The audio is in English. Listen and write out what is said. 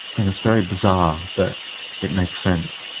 and it's very bizarre but it makes sense.